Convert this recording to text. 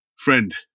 Friend